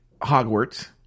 Hogwarts